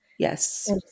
Yes